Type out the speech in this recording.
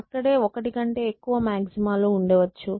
ఇక్కడ ఒకటి కంటే ఎక్కువ మాక్సిమా లు ఉండవచ్చు